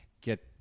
get